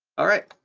all right,